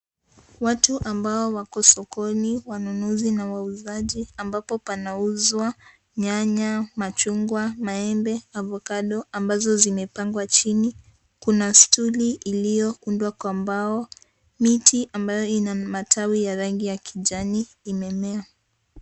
Watu ambao wako sokoni wanunuzi na wauzaji ambapo panauzwa; nyanya, machungwa, maembe, avocado ambazo zimepangwa chini. Kuna stuli iliyoundwa kwa mbao miti inayo na matawi ya rangi ya kijani imemea.